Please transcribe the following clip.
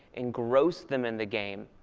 engross them in the game,